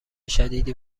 شدیدی